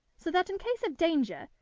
so that in case of danger,